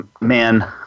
man